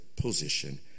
position